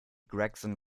gregson